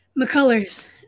McCullers